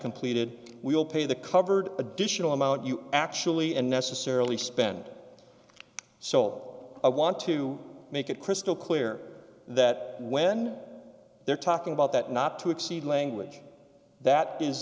completed we'll pay the covered additional amount you actually and necessarily spend so i want to make it crystal clear that when they're talking about that not to exceed language that is